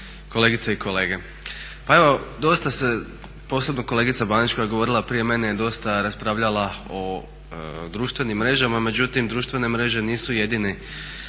kolegice i kolege. Pa evo dosta se, posebno kolegica Banić koja je govorila prije mene, dosta je raspravljala o društvenim mrežama, međutim društvene mreže nisu jedini